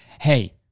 hey